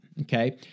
Okay